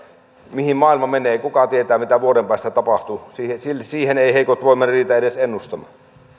mihin maailma menee kuka tietää mitä vuoden päästä tapahtuu sitä eivät heikot voimat riitä edes ennustamaan jatkamme